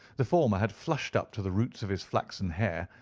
the former had flushed up to the roots of his flaxen hair,